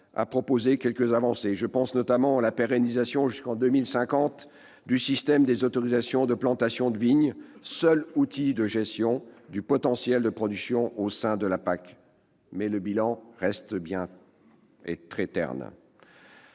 a proposé quelques avancées. Je pense notamment à la pérennisation jusqu'en 2050 du système des autorisations de plantation de vigne, seul outil de gestion du potentiel de production au sein de la PAC. Mais le bilan reste très terne.